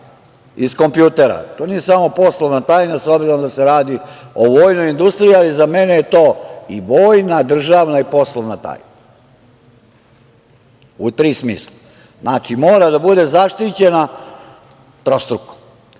iz kompjutera, to nije samo poslovna tajna, s obzirom da se radi o vojnoj industriji, a za mene je to i vojna i državna i poslednja tajna, u tri smisla. Znači, mora da bude zaštićena trostruko. Ako